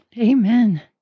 Amen